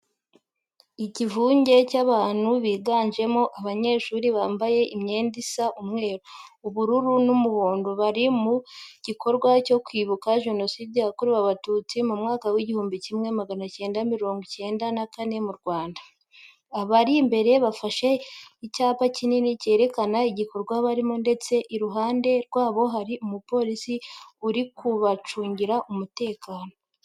Ikivunge cy'abantu biganjemo abanyeshuri bambaye imyenda isa umweru, ubururu n'umuhondo. Bari mu kikorwa cyo kwibuka Jenoside yakorewe Abatutsi mu mwaka w'igihumbi kimwe magana cyenda mirongo icyenda na kane mu Rwanda. Abari imbere bafashe icyapa kinini cyerekana igikorwa barimo ndetse iruhande rwabo hari umupolisi uri kubacungira umutekano.